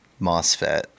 MOSFET